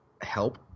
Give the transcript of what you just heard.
help